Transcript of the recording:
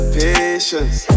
patience